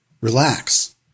relax